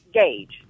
gauge